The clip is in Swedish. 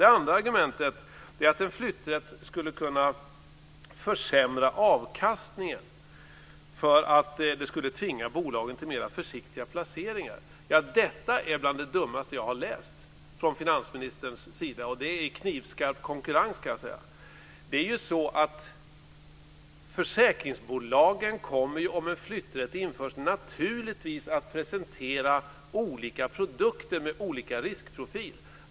Det andra argumentet är att en flytträtt skulle kunna försämra avkastningen, eftersom det skulle tvinga bolagen till mer försiktiga placeringar. Detta är bl.a. det dummaste jag har läst från finansministerns sida, och det i knivskarp konkurrens, kan jag säga. Om en flytträtt införs kommer försäkringsbolagen naturligtvis att presentera olika produkter med olika riskprofiler.